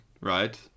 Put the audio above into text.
right